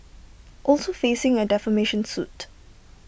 also facing A defamation suit